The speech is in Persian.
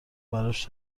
براش